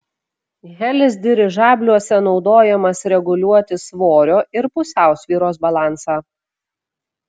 helis dirižabliuose naudojamas reguliuoti svorio ir pusiausvyros balansą